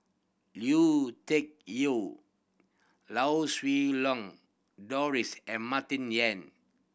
Lui Tuck Yew Lau Siew Lang Doris and Martin Yan